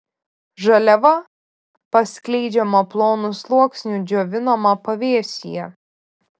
žaliava paskleidžiama plonu sluoksniu džiovinama pavėsyje